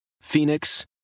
Phoenix